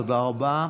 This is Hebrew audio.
תודה רבה.